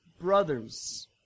brothers